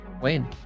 Wayne